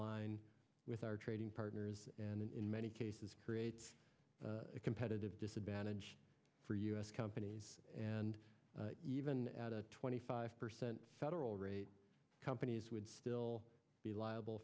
line with our trading partners and in many cases creates a competitive disadvantage for u s companies and even at a twenty five percent federal rate companies would still be liable